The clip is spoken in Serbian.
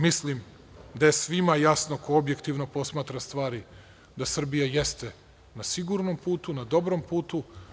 Mislim da je svima jasno ko objektivno posmatra stvari da Srbija jeste na sigurnom putu, na dobrom putu.